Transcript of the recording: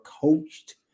coached